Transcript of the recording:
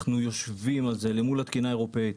אנחנו יושבים על זה למול התקינה האירופאית,